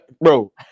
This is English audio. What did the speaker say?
bro